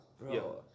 bro